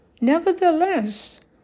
Nevertheless